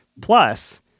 Plus